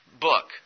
book